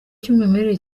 cy’umwimerere